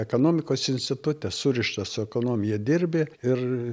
ekonomikos institute surišta su ekonomija dirbi ir